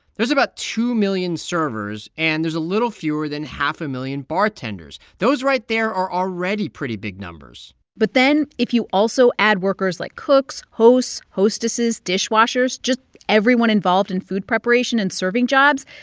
there's about two million servers, and there's a little fewer than half a million bartenders. those right there are already pretty big numbers but then if you also add workers like cooks, hosts, hostesses, dishwashers, just everyone involved in food preparation and serving jobs,